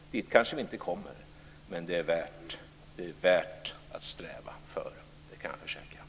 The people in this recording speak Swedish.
Vi kommer kanske inte dit, men det är värt att sträva efter. Det kan jag försäkra.